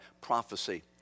prophecy